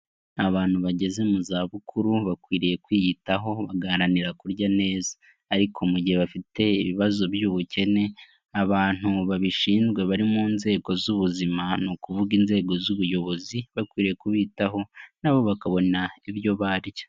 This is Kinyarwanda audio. Abantu bageze mu zabukuru bakwiriye kwiyitaho bagaharanira kurya neza. Ariko mu gihe bafite ibibazo by'ubukene, abantu babishinzwe bari mu nzego z'ubuzima ni ukuvuga inzego z'ubuyobozi, bakwiye kubitaho nabo bakabona ibyo barya.